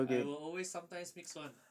I will always sometimes mix [one]